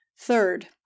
Third